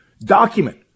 document